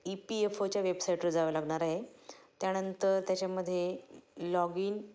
E P F ओच्या वेबसाईटवर जावं लागणार आहे त्यानंतर त्याच्यामध्ये लॉग इन